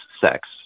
sex